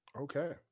Okay